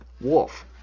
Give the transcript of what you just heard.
Wolf